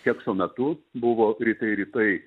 kekso metu buvo rytai rytai